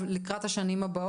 לשלוח את קורות החיים שלי למקום X?